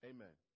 Amen